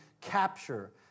capture